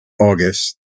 August